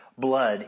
Blood